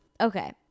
Okay